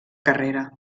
carrera